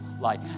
light